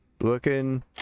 looking